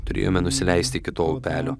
turėjome nusileisti iki to upelio